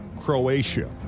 Croatia